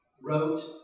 wrote